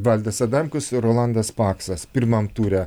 valdas adamkus ir rolandas paksas pirmam ture